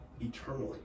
eternally